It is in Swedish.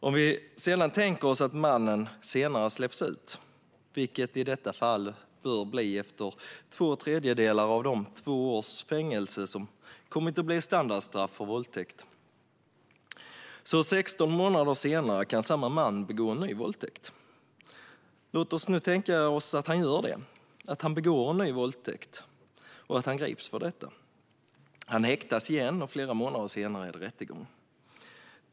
Om vi sedan tänker oss att mannen senare släpps ut, vilket i detta fall bör bli efter två tredjedelar av de två års fängelse som kommit att bli standardstraff för våldtäkt, kan samme man 16 månader senare begå en ny våldtäkt. Låt oss nu tänka oss att han gör det - han begår en ny våldtäkt, och han grips för detta. Han häktas igen, och flera månader senare är det rättegång.